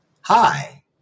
Hi